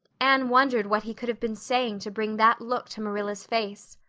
anne wondered what he could have been saying to bring that look to marilla's face.